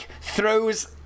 throws